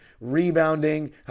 Rebounding